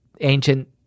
ancient